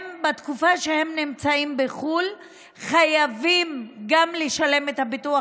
בתקופה שהם נמצאים בחו"ל הם חייבים גם לשלם את הביטוח